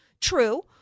true